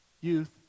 youth